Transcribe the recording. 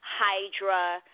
Hydra